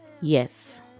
Yes